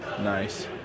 Nice